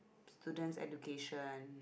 students education